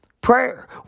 Prayer